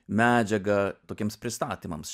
medžiagą tokiems pristatymams